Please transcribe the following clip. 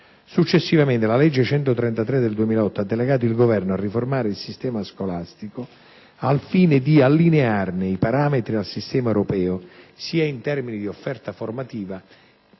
Successivamente, la legge n. 133 del 2008 ha delegato il Governo a riformare il sistema scolastico, al fine di allinearne i parametri al sistema europeo, sia in termini di offerta formativa